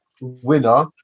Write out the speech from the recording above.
winner